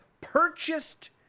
purchased